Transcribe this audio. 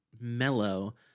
mellow